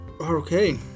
okay